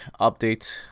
update